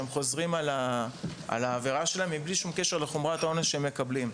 הם חוזרים על העבירה שלהם מבלי שום קשר לחומרת העונש שהם מקבלים.